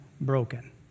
broken